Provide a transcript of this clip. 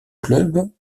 clubs